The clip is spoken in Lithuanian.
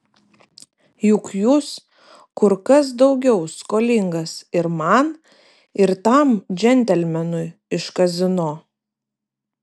juk jūs kur kas daugiau skolingas ir man ir tam džentelmenui iš kazino